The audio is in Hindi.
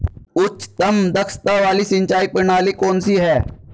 उच्चतम दक्षता वाली सिंचाई प्रणाली कौन सी है?